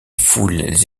foules